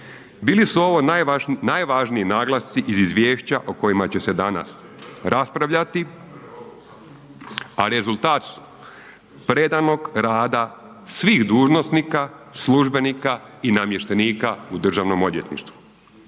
bili ovo najvažniji naglasci iz izvješća o kojima će se danas raspravljati, a rezultat predanog rada svih dužnosnika, službenika i namještenika u državnom odvjetništvu.